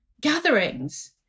gatherings